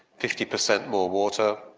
fifty percent more water,